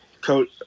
Coach